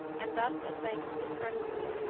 and thus at length dispersed them.